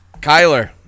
Kyler